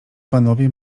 panowie